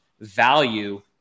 value